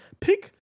Pick